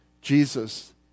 Jesus